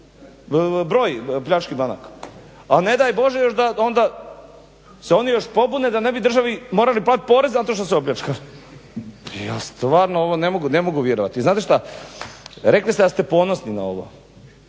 broj pljački banaka? A ne daj Bože još da onda se oni još pobune da ne bi državi morali platiti porez zato što opljačkali. Ja stvarno ovo ne mogu vjerovati. Znate šta, rekli ste da ste ponosni na ovo.